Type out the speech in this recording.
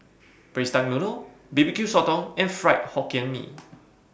Braised Duck Noodle B B Q Sotong and Fried Hokkien Mee